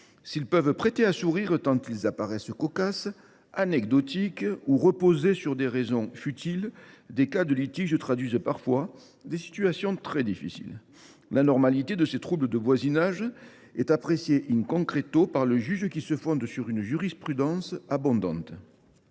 S’ils peuvent prêter à sourire tant ils apparaissent cocasses, anecdotiques ou semblent reposer sur des motifs futiles, ces litiges traduisent parfois des situations très complexes. L’anormalité de ces troubles de voisinage est appréciée par le juge qui se fonde sur une jurisprudence abondante.